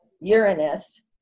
Uranus